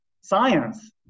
science